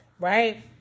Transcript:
right